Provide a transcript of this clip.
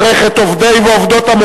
חבר הכנסת רותם מציע ועדת חוקה.